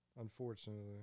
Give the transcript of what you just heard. Unfortunately